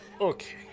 Okay